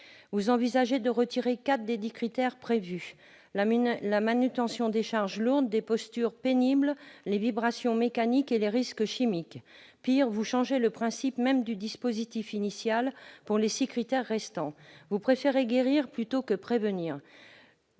Vous envisagez de supprimer quatre des dix critères prévus : la manutention des charges lourdes, l'exposition à des postures pénibles, à des vibrations mécaniques ou à des risques chimiques. Pis, vous changez le principe même du dispositif initial pour les six critères restants. Vous préférez guérir plutôt que prévenir